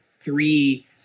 three